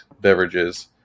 beverages